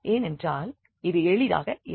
ஏனென்றால் இது எளிதாக இருக்கும்